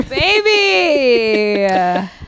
baby